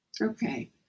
Okay